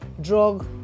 drug